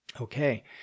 Okay